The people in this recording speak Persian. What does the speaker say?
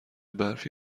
برفی